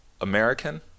American